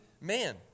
man